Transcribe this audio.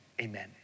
Amen